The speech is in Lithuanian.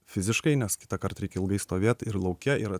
fiziškai nes kitąkart reikia ilgai stovėt ir lauke ir